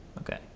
Okay